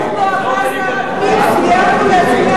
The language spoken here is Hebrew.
ברוך בואך, שר הפנים, סיימנו להצביע